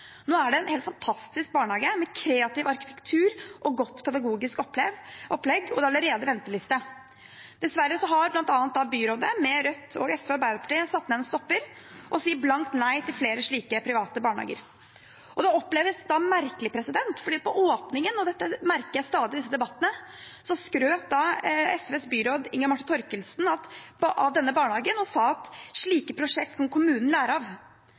Nå er det en helt fantastisk barnehage, med kreativ arkitektur og godt pedagogisk opplegg, og det er allerede venteliste. Dessverre har bl.a. byrådet, med Rødt, SV og Arbeiderpartiet, satt en stopper og sier blankt nei til flere slike private barnehager. Det oppleves merkelig, for på åpningen – og dette merker jeg stadig i disse debattene – skrøt SVs byråd Inga Marte Thorkildsen av denne barnehagen og sa at slike prosjekter kan kommunen lære av.